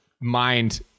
mind